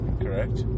correct